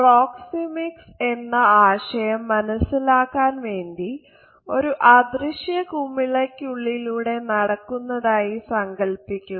proxemics എന്ന ആശയം മനസ്സിലാക്കാൻ വേണ്ടി ഒരു അദൃശ്യ കുമിളക്കുള്ളിലൂടെ നടക്കുന്നതായി സങ്കൽപ്പിക്കുക